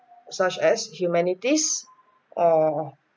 such as humanities or